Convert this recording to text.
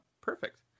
perfect